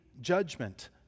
judgment